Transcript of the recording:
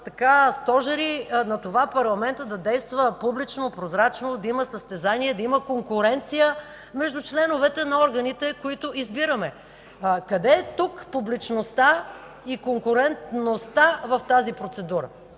на това парламентът да действа публично, прозрачно, да има състезание, да има конкуренция между членовете на органите, които избираме. Къде е тук публичността и конкурентността в тази процедура?